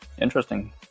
interesting